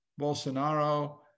Bolsonaro